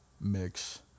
mix